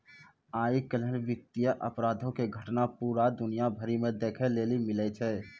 आइ काल्हि वित्तीय अपराधो के घटना पूरा दुनिया भरि मे देखै लेली मिलै छै